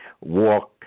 walk